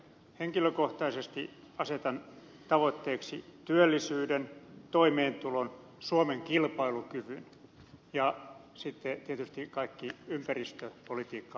henkilökohtaisesti asetan tavoitteeksi työllisyyden toimeentulon suomen kilpailukyvyn ja sitten tietysti kaikki ympäristöpolitiikkaan liittyvät tavoitteet